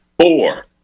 four